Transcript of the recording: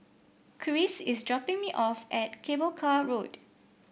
Kris is dropping me off at Cable Car Road